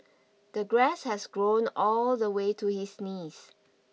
the grass has grown all the way to his knees